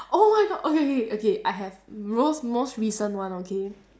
oh my god okay okay okay I have rost~ most recent one okay